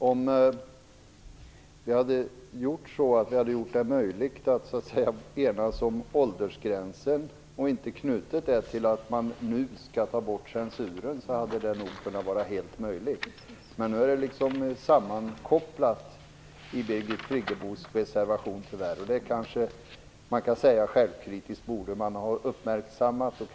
Herr talman! Det hade kanske varit möjligt att enas om det enbart hade handlat om åldersgränser. Nu är den frågan knuten till frågan om att censuren också skall tas bort. Dessa frågor är tyvärr sammankopplade i Birgit Friggebos reservation. Man kan vara självkritisk och säga att man borde ha uppmärksammat detta.